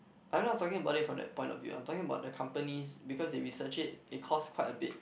I'm not talking about it from that point of view I'm talking about the companies because they research it it cost quite a bit